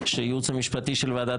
והכי חמור, בעצם ועדת הפנים של הכנסת, ועדת